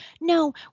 no